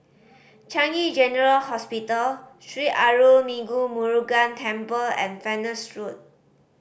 Changi General Hospital Sri Arulmigu Murugan Temple and Venus Road